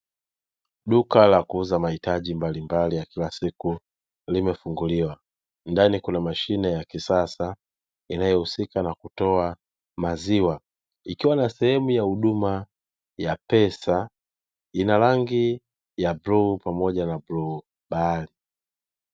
Duka la kuuza mahitaji mbalimbali ya kila siku limefunguliwa, ndani kuna mashine ya kisasa inayo husika na kutoa maziwa, ikiwa na sehemu ya huduma ya pesa. Ina rangi ya bluu pamoja na bluu bahari.